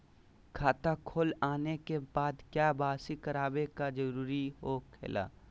खाता खोल आने के बाद क्या बासी करावे का जरूरी हो खेला?